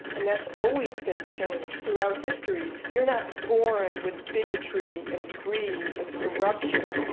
and that's always been changed throughout history. you're not born with bigotry, and greed, and corruption,